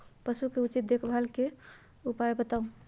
पशु के उचित देखभाल के उपाय बताऊ?